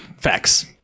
facts